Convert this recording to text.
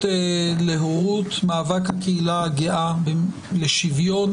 להורות מאבק הקהילה הגאה לשוויון,